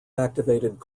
activated